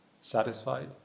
satisfied